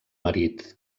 marit